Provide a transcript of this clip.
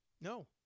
No